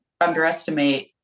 underestimate